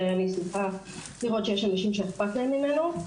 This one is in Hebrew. ואני שמחה לראות שיש אנשים שאכפת להם ממנו.